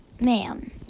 man